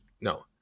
no